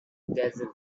dazzled